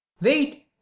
Wait